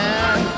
Man